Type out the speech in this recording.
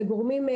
וגורמים,